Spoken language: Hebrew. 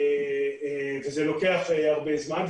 וזה לוקח הרבה זמן.